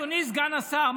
אדוני סגן השר,